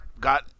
got